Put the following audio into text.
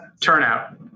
turnout